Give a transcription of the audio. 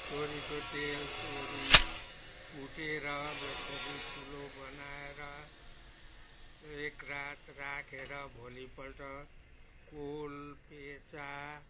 तोरीको तेल तोरी कुटेर बेसरी फुलो बनाएर एक रात राखेर भोलिपल्ट कोल पेचा